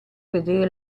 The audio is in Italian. vedere